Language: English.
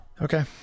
Okay